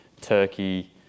Turkey